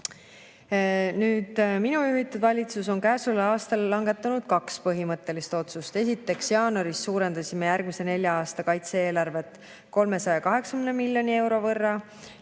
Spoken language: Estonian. Minu juhitud valitsus on käesoleval aastal langetanud kaks põhimõttelist otsust. Esiteks, jaanuaris suurendasime järgmise nelja aasta kaitse-eelarvet 380 miljoni euro võrra